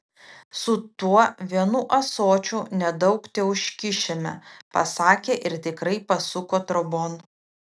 su tuo vienu ąsočiu nedaug teužkišime pasakė ir tikrai pasuko trobon